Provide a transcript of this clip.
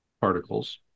particles